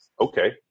okay